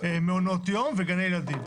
מעונות יום וגני ילדים.